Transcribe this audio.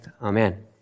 Amen